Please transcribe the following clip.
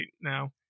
now